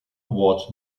award